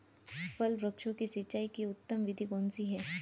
फल वृक्षों की सिंचाई की उत्तम विधि कौन सी है?